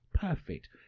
Perfect